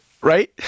Right